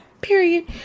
period